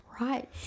Right